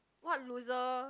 what loser